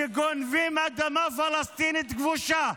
שגונבים אדמה פלסטינית כבושה,